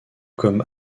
comme